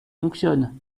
fonctionnent